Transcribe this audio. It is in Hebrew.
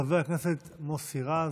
חבר הכנסת מוסי רז,